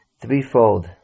threefold